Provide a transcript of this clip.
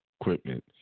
equipment